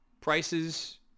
prices